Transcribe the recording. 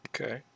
Okay